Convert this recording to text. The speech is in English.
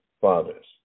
fathers